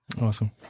Awesome